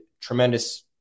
tremendous